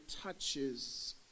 touches